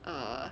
err